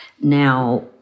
Now